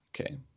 Okay